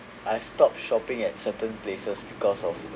I stopped shopping at certain places because of